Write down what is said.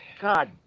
God